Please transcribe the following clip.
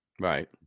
Right